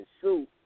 suit